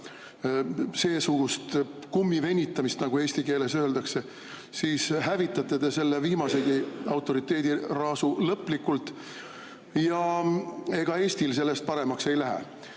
seesugust kummivenitamist, nagu eesti keeles öeldakse, siis hävitate te selle viimasegi autoriteediraasu lõplikult. Aga ega Eestil sellest paremaks ei lähe. Minu